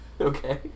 okay